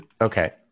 Okay